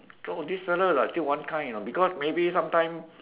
so this fella lah still one kind you know because maybe some time